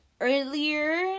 earlier